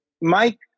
Mike